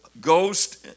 ghost